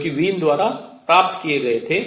जो कि वीन द्वारा प्राप्त किए गए थे